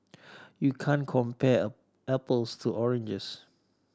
you can't compare apples to oranges